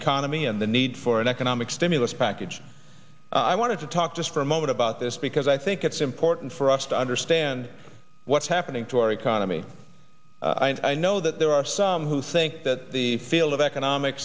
economy and the need for an economic stimulus package i want to talk just for a moment about this because i think it's important for us to understand what's happening to our economy and i know that there are some who think that the field of economic